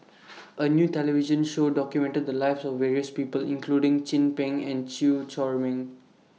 A New television Show documented The Lives of various People including Chin Peng and Chew Chor Meng